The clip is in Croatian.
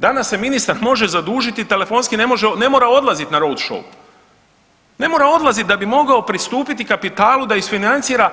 Danas se ministar može zadužiti telefonski, ne mora odlazit na … [[Govornik se ne razumije]] , ne mora odlazit da bi mogao pristupiti kapitalu da isfinancira